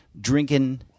drinking